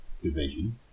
division